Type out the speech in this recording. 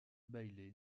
bailey